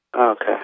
Okay